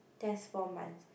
that's four months